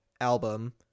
album